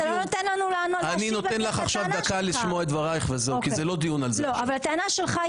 אתה לא נותן לנו להשיב לטענה שלך.